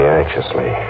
anxiously